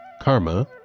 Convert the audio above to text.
karma